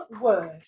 word